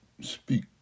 speak